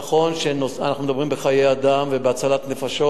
נכון שאנחנו מדברים בחיי אדם ובהצלת נפשות,